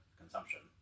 consumption